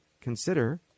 Consider